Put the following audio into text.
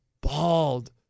Bald